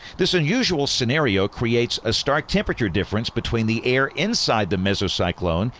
this unusual scenario creates a stark temperature difference between the air inside the mesocyclone,